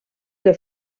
que